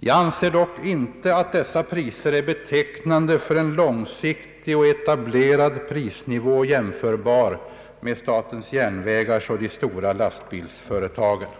Jag anser dock inte att dessa priser är betecknande för en långsiktig och etablerad prisnivå, jämförbar med statens järnvägars och de stora lastbilföretagens.